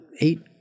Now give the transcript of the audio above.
eight